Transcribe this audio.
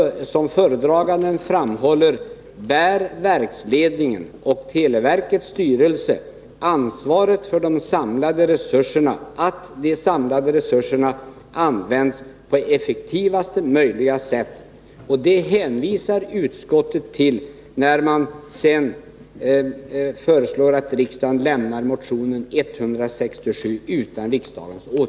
Som föredraganden framhåller bär verksledningen och televerkets styrelse ansvaret för att de samlade resurserna används på effektivaste möjliga sätt.” Detta hänvisar utskottet till när man sedan föreslår att riksdagen lämnar motion 167 utan riksdagens åtgärd.